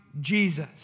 Jesus